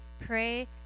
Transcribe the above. Pray